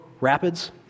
rapids